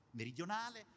meridionale